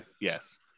Yes